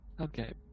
Okay